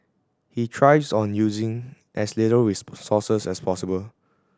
he thrives on using as little resources as possible